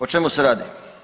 O čemu se radi?